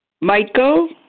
Michael